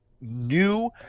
new